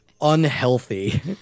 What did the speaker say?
unhealthy